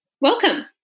Welcome